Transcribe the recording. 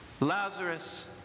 Lazarus